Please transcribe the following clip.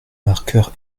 marqueur